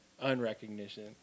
unrecognition